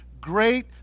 great